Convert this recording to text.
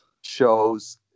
shows